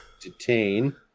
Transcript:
Detain